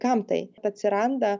gamtai atsiranda